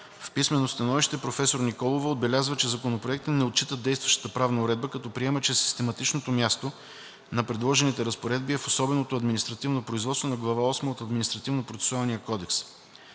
В писмено становище професор Райна Николова отбелязва, че законопроектите не отчитат действащата правна уредба, като приема, че систематичното място на предложените разпоредби е в особеното административно производство на глава осма от Административнопроцесуалния кодекс.